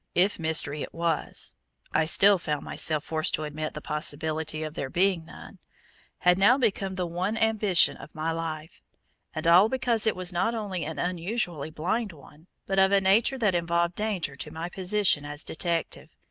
if mystery it was i still found myself forced to admit the possibility of there being none had now become the one ambition of my life and all because it was not only an unusually blind one, but of a nature that involved danger to my position as detective,